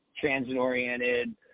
transit-oriented